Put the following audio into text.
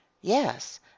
yes